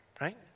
right